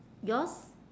yours